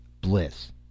bliss